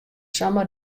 samar